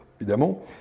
évidemment